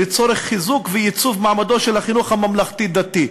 לצורך חיזוק וייצוב מעמדו של החינוך הממלכתי-דתי".